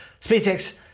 SpaceX